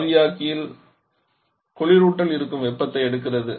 ஆவியாக்கியில் குளிரூட்டல் இருக்கும் வெப்பத்தை எடுக்கிறது